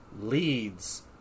leads